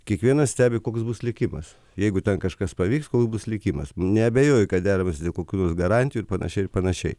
kiekvienas stebi koks bus likimas jeigu ten kažkas pavyks kol bus likimas neabejoju kad deramasi dėl kokių nors garantijų ir panašiai ir panašiai